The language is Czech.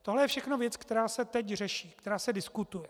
Tohle je všechno věc, která se teď řeší, která se diskutuje.